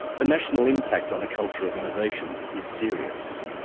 the national impact on a culture of innovation is serious.